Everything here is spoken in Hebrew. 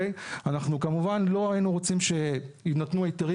אנחנו כמובן לא היינו רוצים שיינתנו היתרים